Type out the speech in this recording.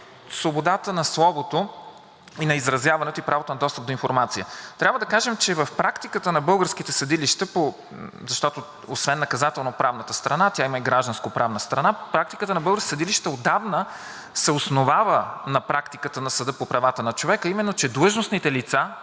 свободата на словото и на изразяването и правото на достъп до информация. Трябва да кажем, че в практиката на българските съдилища, защото освен наказателноправната страна тя има и гражданскоправна страна, отдавна се основава на практиката на Съда по правата на човека, а именно, че длъжностните лица